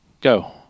go